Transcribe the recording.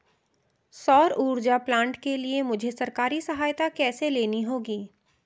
सौर ऊर्जा प्लांट के लिए मुझे सरकारी सहायता कैसे लेनी होगी?